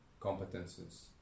competences